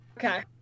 Okay